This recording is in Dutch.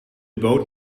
boot